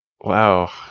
Wow